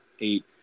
eight